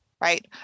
Right